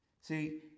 See